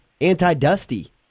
anti-dusty